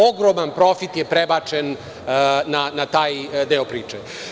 Ogroman profit je prebačen na taj deo priče.